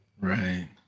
Right